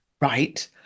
right